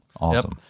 Awesome